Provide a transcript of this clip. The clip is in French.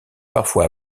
parfois